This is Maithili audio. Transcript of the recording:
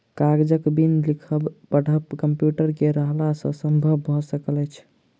कागजक बिन लिखब पढ़ब कम्प्यूटर के रहला सॅ संभव भ सकल अछि